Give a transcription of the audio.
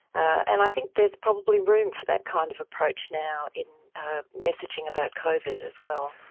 and i think there is probably room for that kind of approach now in messaging about covid as well.